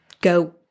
go